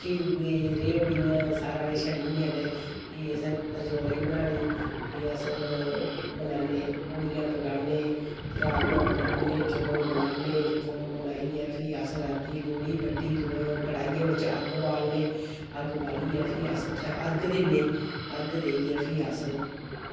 चिड़ुऐ रयोड़ियां सारा किश आह्नियै ते फ्ही असें तरचौली बनानी फ्ही अस बनान्ने पुड़ियां पकान्ने राजमां बनान्ने चौल बनान्ने चौल बनाइयै फ्ही अस रातीं लोह्ड़ी बड्डी कड़ाहियै बिच्च अग्ग बालने अग्ग बालियै फ्ही अस उत्थैं अर्ग दिन्ने अर्ग देइयै फ्ही अस